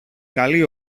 καλή